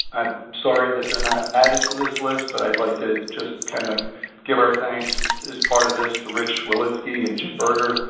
sorry that they're not added to this list, but i'd like to just kind of give our thanks as part of this to rich wolitski and jim berger,